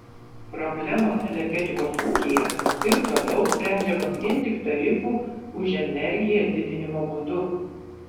problemos energetikos ūkyje ir toliau sprendžiamos vien tik tarifų už energiją didinimo būdu